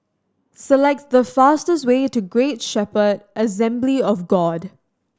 select the fastest way to Great Shepherd Assembly of God